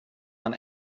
man